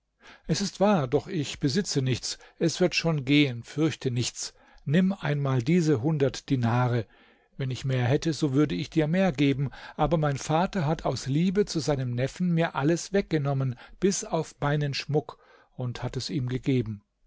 es ist wahr doch ich besitze nichts es wird schon gehen fürchte nichts nimm einmal diese hundert dinare wenn ich mehr hätte so würde ich dir mehr geben aber mein vater hat aus liebe zu seinem neffen mir alles weggenommen bis auf meinen schmuck und hat es ihm gegeben